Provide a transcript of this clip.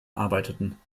arbeiteten